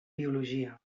biologia